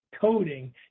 coding